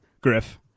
Griff